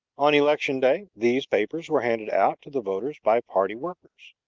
on election day, these papers were handed out to the voters by party workers.